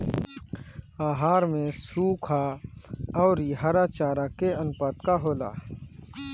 आहार में सुखा औरी हरा चारा के आनुपात का होला?